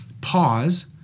pause